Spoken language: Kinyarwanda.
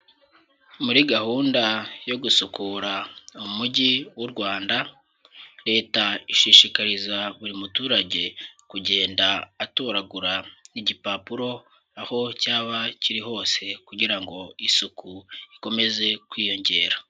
Muri gahunda yo gusukura Umujyi w'u Rwanda, Leta ishishikariza buri muturage kugenda atoragura igipapuro aho cyaba kiri hose kugira ngo isuku ikomeze kwiyongera.